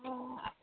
অঁ